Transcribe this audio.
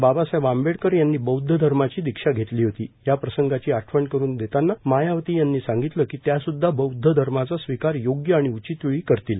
बाबासाहेब आंबेडकर यांनी बौद्ध धर्माची दीक्षा घेतली होती या प्रसंगाची आठवण करुन देताना मायावती यांनी सांगितले की त्या स्द्धा बौद्ध धर्माचा स्वीकार योग्य आणि उचित वेळी करतील